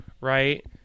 right